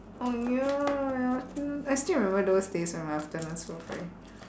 oh ya ya I still I still remember those days when my afternoons were free